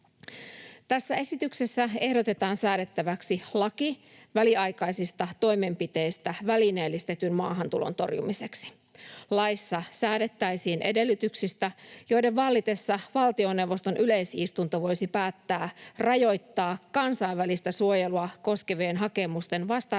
Tässä esityksessä ehdotetaan säädettäväksi laki väliaikaisista toimenpiteistä välineellistetyn maahantulon torjumiseksi. Laissa säädettäisiin edellytyksistä, joiden vallitessa valtioneuvoston yleisistunto voisi päättää rajoittaa kansainvälistä suojelua koskevien hakemusten vastaanottamista